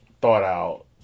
thought-out